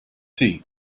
tea